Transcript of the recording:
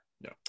No